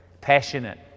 passionate